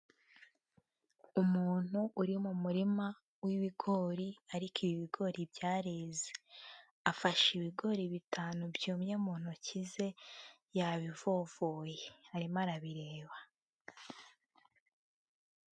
Umuntu uri mu murima w'ibigori ariko ibi bigori byareze. Ffashe ibigori bitanu byumye mu ntoki ze yabivovoye arimo arabireba.